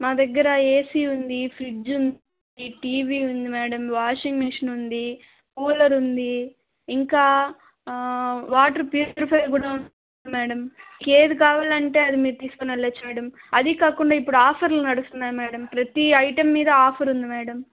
మా దగ్గర ఏసీ ఉంది ఫ్రిజ్ ఉంది టీవీ ఉంది మేడం వాషింగ్ మిషన్ ఉంది కూలర్ ఉంది ఇంకా వాటర్ ప్యూరిఫైయర్ కూడా ఉంది మేడం ఏది కావాలంటే అది మీరు తీసుకెళ్ళొచ్చు మేడం అదీ కాకుండా ఆఫర్లు నడుస్తున్నాయి మేడం ప్రతి ఐటమ్ మీద ఆఫర్ ఉంది మేడం